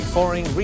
Foreign